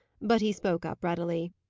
but he spoke up readily.